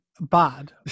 bad